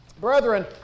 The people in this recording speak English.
Brethren